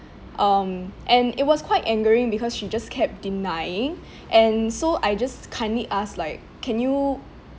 um and it was quite angering because she just kept denying and so I just kindly asked like can you